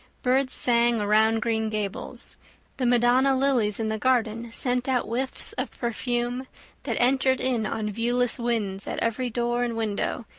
birds sang around green gables the madonna lilies in the garden sent out whiffs of perfume that entered in on viewless winds at every door and window,